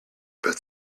but